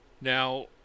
Now